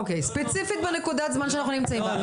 אוקיי, ספציפית בנקודת הזמן שאנחנו נמצאים בה.